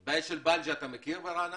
את הבית של בנג'י אתה מכיר ברעננה?